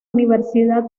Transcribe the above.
universidad